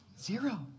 Zero